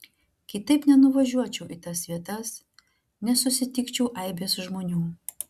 kitaip nenuvažiuočiau į tas vietas nesusitikčiau aibės žmonių